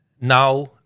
now